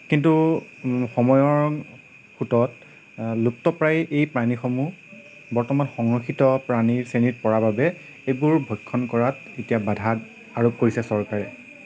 কিন্তু সময়ৰ সোঁতত লুপ্তপ্ৰায় এই প্ৰাণীসমূহ বৰ্তমান সংৰক্ষিত প্ৰাণীৰ শ্ৰেণীত পৰা বাবে এইবোৰ ভক্ষণ কৰাত এতিয়া বাধা আৰোপ কৰিছে চৰকাৰে